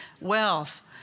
wealth